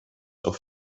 auf